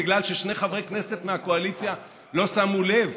בגלל ששני חברי כנסת מהקואליציה לא שמו לב,